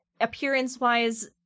appearance-wise